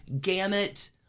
gamut